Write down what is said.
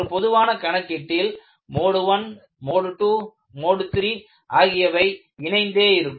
ஒரு பொதுவான கணக்கீட்டில் மோடு I மோடு II மற்றும் மோடு III ஆகியவை இணைந்தே இருக்கும்